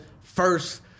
first